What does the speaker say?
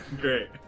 Great